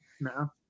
No